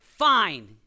fine